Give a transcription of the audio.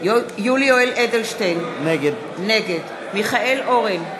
יולי יואל אדלשטיין, נגד מיכאל אורן,